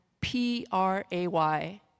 P-R-A-Y